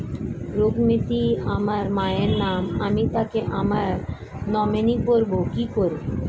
রুক্মিনী আমার মায়ের নাম আমি তাকে আমার নমিনি করবো কি করে?